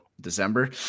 december